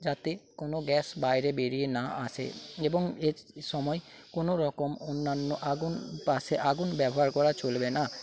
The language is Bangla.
যাতে কোনো গ্যাস বাইরে বেরিয়ে না আসে এবং এর সময় কোনোরকম অন্যান্য আগুন পাশে আগুন ব্যবহার করা চলবে না